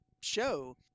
show